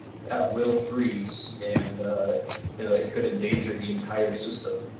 that will freeze and you know it could endanger the entire system,